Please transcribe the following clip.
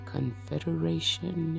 Confederation